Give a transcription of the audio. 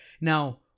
Now